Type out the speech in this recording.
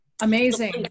amazing